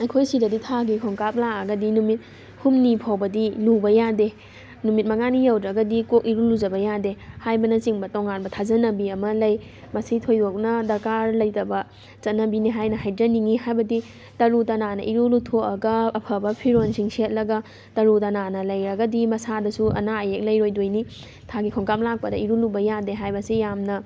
ꯑꯩꯈꯣꯏ ꯁꯤꯗꯗꯤ ꯊꯥꯒꯤ ꯈꯣꯡꯀꯥꯞ ꯂꯥꯛꯑꯒꯗꯤ ꯅꯨꯃꯤꯠ ꯍꯨꯝꯅꯤ ꯐꯥꯎꯕꯗꯤ ꯂꯨꯕ ꯌꯥꯗꯦ ꯅꯨꯃꯤꯠ ꯃꯉꯥꯅꯤ ꯌꯧꯗ꯭ꯔꯒꯗꯤ ꯀꯣꯛ ꯏꯔꯨ ꯂꯨꯖꯕ ꯌꯥꯗꯦ ꯍꯥꯏꯕꯅꯆꯤꯡꯕ ꯇꯣꯉꯥꯟꯕ ꯊꯥꯖꯅꯕꯤ ꯑꯃ ꯂꯩ ꯃꯁꯤ ꯊꯣꯏꯗꯣꯛꯅ ꯗꯔꯀꯥꯔ ꯂꯩꯇꯕ ꯆꯠꯅꯕꯤꯅꯤ ꯍꯥꯏꯅ ꯍꯥꯏꯖꯅꯤꯡꯉꯤ ꯍꯥꯏꯕꯗꯤ ꯇꯔꯨ ꯇꯅꯥꯟꯅ ꯏꯔꯨ ꯂꯨꯊꯣꯛꯑꯒ ꯑꯐꯕ ꯐꯤꯔꯣꯜꯁꯤꯡ ꯁꯦꯠꯂꯒ ꯇꯔꯨ ꯇꯅꯥꯟꯅ ꯂꯩꯔꯒꯗꯤ ꯃꯁꯥꯗꯁꯨ ꯑꯅꯥ ꯑꯌꯦꯛ ꯂꯩꯔꯣꯏꯗꯣꯏꯅꯤ ꯊꯥꯒꯤ ꯈꯣꯡꯀꯥꯞ ꯂꯥꯛꯄꯗ ꯏꯔꯨ ꯂꯨꯕ ꯌꯥꯗꯦ ꯍꯥꯏꯕꯁꯤ ꯌꯥꯝꯅ